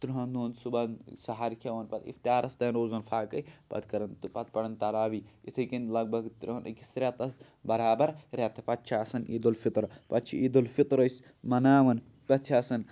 تٕرٛہَن دۄہَن صُبحن سحر کھٮ۪وان پَتہٕ افطارَس تانۍ روزَن پھاکَے پَتہٕ کَران پَتہٕ پَران تَراویح یِتھٕے کٔنۍ لگ بگ تٕرٛہَن أکِس رٮ۪تَس بَرابَر رٮ۪تہٕ پَتہٕ چھِ آسان عیدالفطر پَتہٕ چھِ عیدالفطر أسۍ مَناوان پَتہٕ آسان